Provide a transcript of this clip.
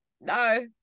no